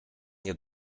nie